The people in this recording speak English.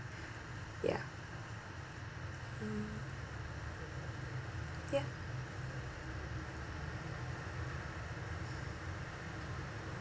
ya mm ya